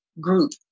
group